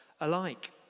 alike